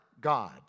God